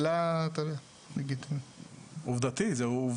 זה עובדתי.